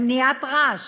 למניעת רעש,